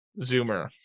Zoomer